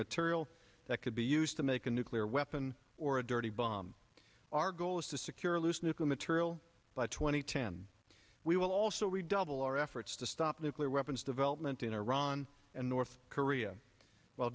material that could be used to make a nuclear weapon or a dirty bomb our goal is to secure loose nuclear material by two thousand and ten we will also redouble our efforts to stop nuclear weapons development in iran and north korea w